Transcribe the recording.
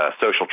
social